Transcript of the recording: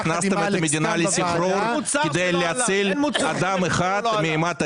כי הכנסתם את המדינה לסחרור כדי להציל אדם אחד מאימת הדין,